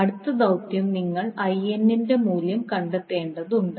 അടുത്ത ദൌത്യം നിങ്ങൾ ൻറെ മൂല്യം കണ്ടെത്തേണ്ടതുണ്ട്